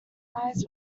eyes